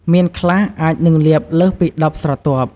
មានខ្លះអាចនឹងលាបលើសពី១០ស្រទាប់។